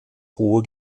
hohe